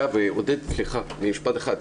עודד, סליחה, משפט אחד.